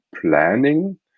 planning